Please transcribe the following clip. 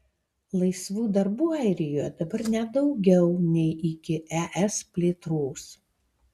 laisvų darbų airijoje dabar net daugiau nei iki es plėtros